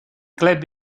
club